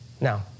Now